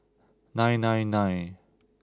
nine nine nine